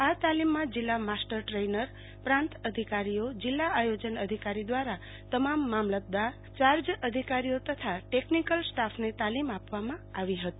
આ તાલીમમાં જીલ્લા માસ્ટર દ્રેઈનરપ્રાંત અધિકારીઓજિલ્લા આયોજન અધિકારી દ્રારા તમામ મામલતદાર ચાર્જ અધિકારીઓ તથા ટેકનિકલ સ્ટાફને તાલીમ આપવામાં આવી હતી